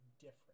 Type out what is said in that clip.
different